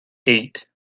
eight